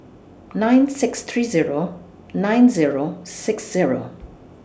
nine six three Zero nine Zero six Zero